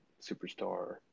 superstar